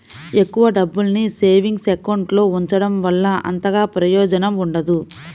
ఎక్కువ డబ్బుల్ని savings account లో ఉంచడం వల్ల అంతగా ప్రయోజనం ఉండదు